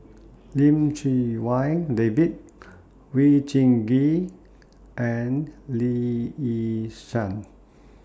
Lim Chee Wai David Jin Gee and Lee Yi Shyan